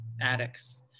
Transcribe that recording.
addicts